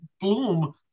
Bloom